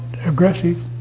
aggressive